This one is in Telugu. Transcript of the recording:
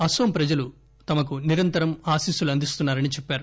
అన్పోం ప్రజలు తమకు నిరంతరం ఆకీస్పులు అందిస్తున్నారని చెప్పారు